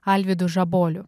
alvydu žaboliu